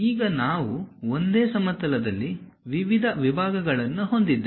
ಈಗ ನಾವು ಒಂದೇ ಸಮತಲದಲ್ಲಿ ವಿವಿಧ ವಿಭಾಗಗಳನ್ನು ಹೊಂದಿದ್ದೇವೆ